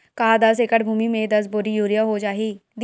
का दस एकड़ भुमि में दस बोरी यूरिया हो जाही?